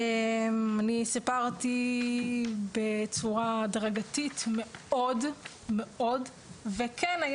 אני סיפרתי בצורה הדרגתית מאוד וכן היה